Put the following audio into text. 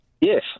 Yes